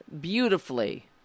beautifully